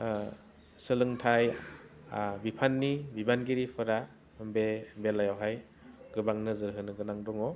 सोलोंथाइ बिफाननि बिबानगिरिफोरा बे बेलायावहाय गोबां नोजोर होनो गोनां दङ